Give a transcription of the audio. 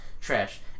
Trash